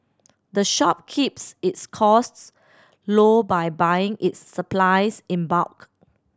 the shop keeps its costs low by buying its supplies in bulk